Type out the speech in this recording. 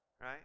right